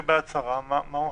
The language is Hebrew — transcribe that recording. יש לך מה להוסיף?